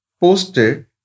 posted